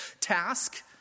task